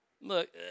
Look